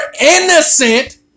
innocent